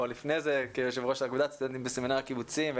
או לפני זה כיושב ראש אגודת הסטודנטים בסמינר הקיבוצים,